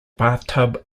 bathtub